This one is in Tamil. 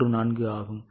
14 ஆகும்